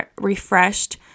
refreshed